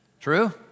True